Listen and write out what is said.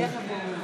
יש הרבה פרטים